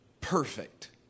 perfect